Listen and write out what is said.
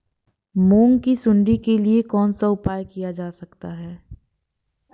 मूंग की सुंडी के लिए कौन सा उपाय किया जा सकता है?